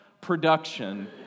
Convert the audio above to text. production